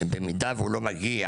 ויש מקרה בו הוא לא מגיע,